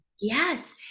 Yes